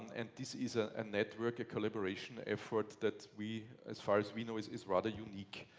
and this is a and network, collaboration effort that we, as far as we know is is rather unique.